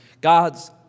God's